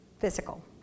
physical